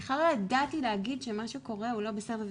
בכלל לא ידעתי להגיד שמה שקורה הוא לא בסדר.